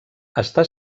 està